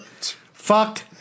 Fuck